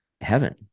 heaven